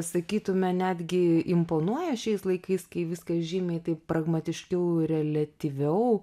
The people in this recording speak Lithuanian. sakytume netgi imponuoja šiais laikais kai viskas žymiai taip pragmatiškiau reliatyviau